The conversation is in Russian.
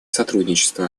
сотрудничество